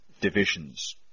divisions